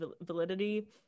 validity